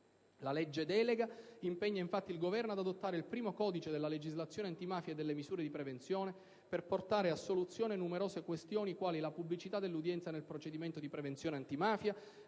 La legge delega impegna infatti il Governo ad adottare il primo codice della legislazione antimafia e delle misure di prevenzione per portare a soluzione numerose questioni quali la pubblicità dell'udienza nel procedimento di prevenzione antimafia,